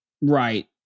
Right